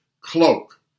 cloak